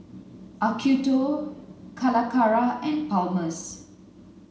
Acuto Calacara and Palmer's